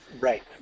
Right